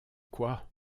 quoi